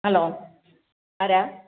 hello ആരാണ്